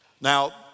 Now